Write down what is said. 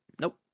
Nope